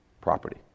property